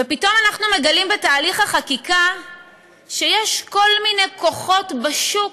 ופתאום אנחנו מגלים בתהליך החקיקה שיש כל מיני כוחות בשוק